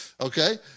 Okay